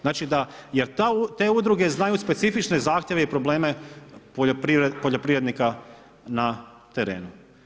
Znači da, jer te udruge znaju specifične zahtjeve i probleme poljoprivrednika na terenu.